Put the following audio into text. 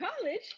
college